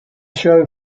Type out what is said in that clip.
show